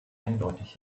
eindeutig